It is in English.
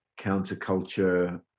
counterculture